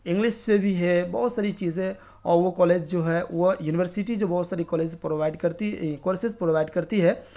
English سے بھی ہے بہت ساری چیزیں اور وہ کالج جو ہے وہ یونیورسٹی جو بہت ساری کالج پرووائڈ کرتی کورسز پرووائڈ کرتی ہے